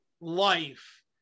life